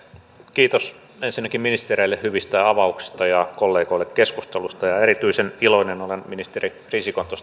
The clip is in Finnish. kiitos ensinnäkin ministereille hyvistä avauksista ja kollegoille keskustelusta erityisen iloinen olen tuosta ministeri risikon